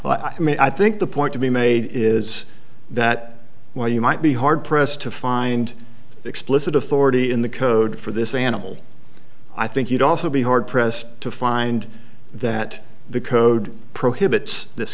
well i mean i think the point to be made is that while you might be hard pressed to find explicit authority in the code for this animal i think you'd also be hard pressed to find that the code prohibits this